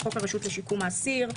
חוק הרשות לשיקום האסיר,